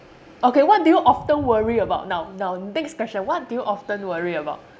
okay what do you often worry about now now next question what do you often worry about